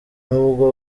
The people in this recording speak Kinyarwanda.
n’ubwo